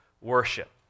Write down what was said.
worship